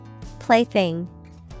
Plaything